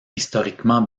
historiquement